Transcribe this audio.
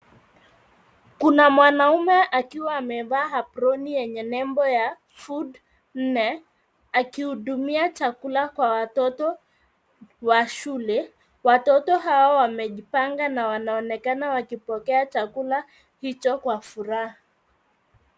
Kuna mwanaume akiwa amevaa aproni yenye nembo ya Food nne, akihudumia chakula kwa watoto wa shule. Watoto hawa wamejipanga na wanaonekana wakipokea chakula hicho kwa furaha.